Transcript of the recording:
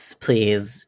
please